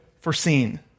foreseen